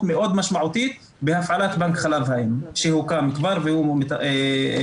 מאוד משמעותית בהפעלת בנק חלב אם שהוקם כבר והוא פועל.